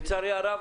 לצערי הרב,